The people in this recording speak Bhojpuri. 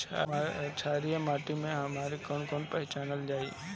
छारी माटी के हमनी के कैसे पहिचनल जाइ?